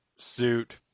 suit